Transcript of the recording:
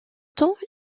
temps